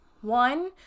one